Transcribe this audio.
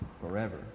forever